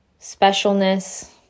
specialness